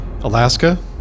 Alaska